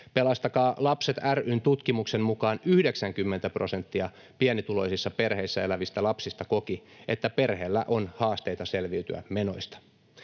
Pelastakaa Lapset ry:n tutkimuksen mukaan 90 prosenttia pienituloisissa perheissä elävistä lapsista koki, että perheellä on haasteita selviytyä menoista,